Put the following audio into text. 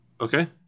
Okay